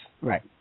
Right